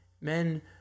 men